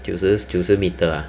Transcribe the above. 九十九十 metre ah